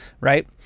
right